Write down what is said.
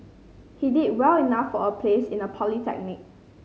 he did well enough for a place in a polytechnic